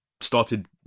started